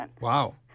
Wow